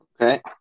okay